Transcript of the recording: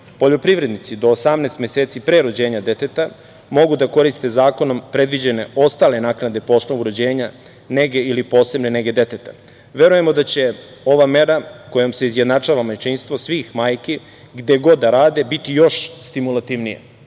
poljoprivrednice do 18 meseci pre rođenja deteta mogu da koriste zakonom predviđene ostale naknade po osnovu rođenja, nege ili posebne nege deteta. Verujemo da će ova mera, kojom se izjednačava majčinstvo svih majki, gde god da rade, biti još stimulativnija,